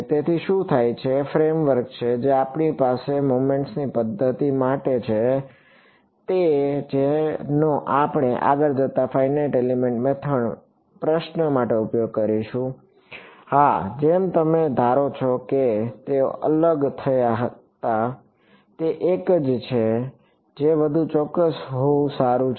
તેથી તેથી શું થાય છે તે જ ફ્રેમવર્ક છે જે આપણી પાસે મોમેન્ટ્સ ની પદ્ધતિ માટે છે તે છે જેનો આપણે આગળ જતા ફાઇનાઇટ એલિમેન્ટ મેથડ પ્રશ્ન માટે ઉપયોગ કરીશું હા જેમ તમે ધારો છો કે તેઓ અલગ થયા હતા તે એક છે જે વધુ ચોક્કસ હોવું સારું છે